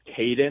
Caden